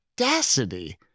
audacity